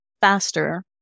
faster